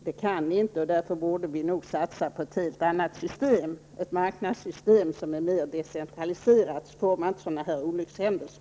Det kan ni inte, och därför borde vi nog satsa på ett helt annat system, ett marknadssystem som är mer decentraliserat. Då får man inte sådana här olyckshändelser.